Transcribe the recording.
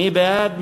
מי בעד?